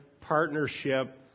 partnership